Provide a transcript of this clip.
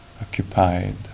occupied